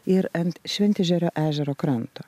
ir ant šventežerio ežero kranto